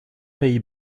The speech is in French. pays